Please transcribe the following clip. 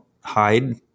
hide